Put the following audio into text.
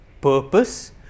purpose